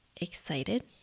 excited